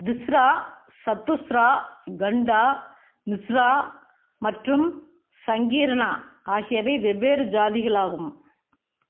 திஸ்ரா சத்துஸ்ரா கண்டா மிஸ்ரா மற்றும் சங்கீர்ணா ஆகியவை வெவ்வேறு ஜாதிகளாகும்